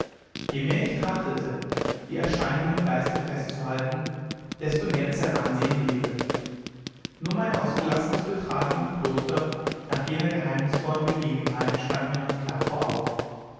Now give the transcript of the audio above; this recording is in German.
je mehr ich trachtete die erscheinung im geiste festzuhalten desto mehr zerrann sie in nebel nur mein ausgelassenes betragen im kloster nach jener geheimnisvollen begebenheit stand mir noch klar vor augen